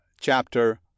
chapter